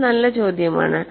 ഇത് നല്ല ചോദ്യമാണ്